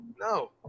No